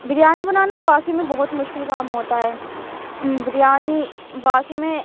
بریانی بنانا واقعی میں بہت مشکل کام ہوتا ہے بریانی واقعی میں